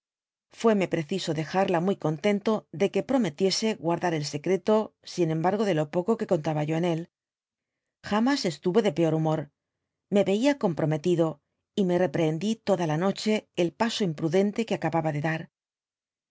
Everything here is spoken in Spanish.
faéme preciso dejarla muy contento de que prometiese guardar el secreto sin embargo de lo poco que contaba yo en él jamas estuve de peor humor me veía comprometido y me re prebendé teda la noche el paso imprudente que acababa de dar